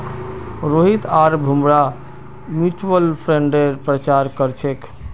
रोहित आर भूमरा म्यूच्यूअल फंडेर प्रचार कर छेक